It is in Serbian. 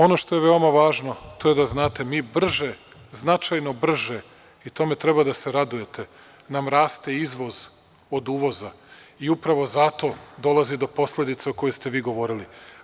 Ono što je veoma važno, to je da znate, mi brže, značajno brže i tome treba da se radujete, nam raste izvoz od uvoza i upravo zato dolazi do posledica o kojim ste vi govorili.